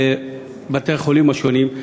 בבתי-החולים השונים,